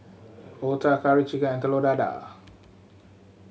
otah Curry Chicken and Telur Dadah